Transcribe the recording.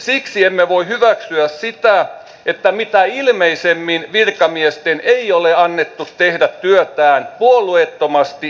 siksi emme voi hyväksyä sitä että mitä ilmeisimmin virkamiesten ei ole annettu tehdä työtään puolueettomasti virkavastuulla